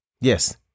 Yes